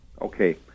Okay